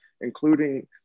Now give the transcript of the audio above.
including